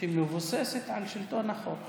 שמבוססת על שלטון החוק.